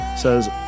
says